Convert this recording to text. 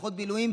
ופחות בילויים,